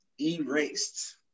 erased